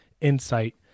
insight